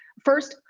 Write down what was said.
first,